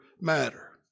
matter